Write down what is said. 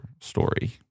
story